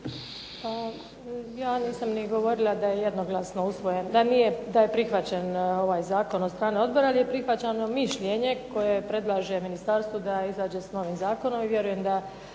Ja nisam ni govorila da je jednoglasno usvojen da je prihvaćen zakon od strane odbora, ali je prihvaćeno mišljenje koje predlaže ministarstvo da izađe sa novim zakonom i vjerujem da